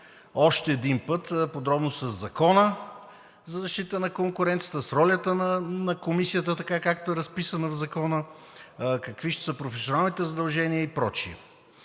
още един път подробно със Закона за защита на конкуренцията, с ролята на Комисията – така, както е разписана в Закона, какви ще са професионалните задължения и прочее.